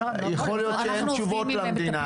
יכול להיות שאין תשובות למדינה,